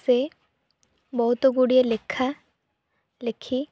ସେ ବହୁତ ଗୁଡ଼ିଏ ଲେଖା ଲେଖି